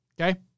Okay